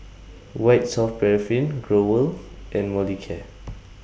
White Soft Paraffin Growell and Molicare